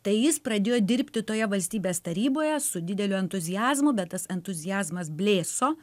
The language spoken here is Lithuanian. tai jis pradėjo dirbti toje valstybės taryboje su dideliu entuziazmu bet tas entuziazmas blėso